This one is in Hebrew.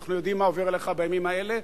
אנחנו יודעים מה עובר עליך בימים האלה.